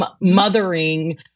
mothering